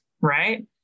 right